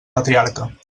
patriarca